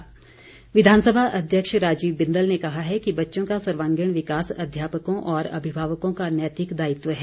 बिंदल विधानसभा अध्यक्ष राजीव बिंदल ने कहा है कि बच्चों का सर्वागीण विकास अध्यापकों और अभिभावकों का नैतिक दायित्व है